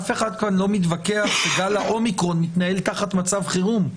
אף אחד כאן לא מתווכח שגל האומיקרון מתנהל תחת מצב חירום.